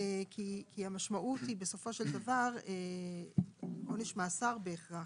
כי המשמעות בסופו של דבר זה עונש מאסר בהכרח.